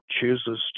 chooses